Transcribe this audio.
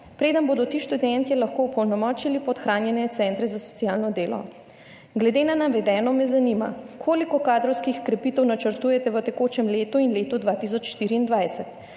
preden bodo ti študentje lahko opolnomočili podhranjene centre za socialno delo. Glede na navedeno me zanima: Koliko kadrovskih okrepitev načrtujete v tekočem letu in letu 2024?